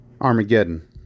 Armageddon